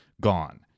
Gone